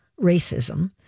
racism